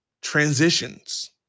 Transitions